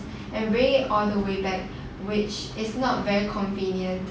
and wei~ it all the way back which is not very convenient